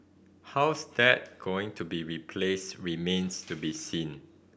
how's that going to be replaced remains to be seen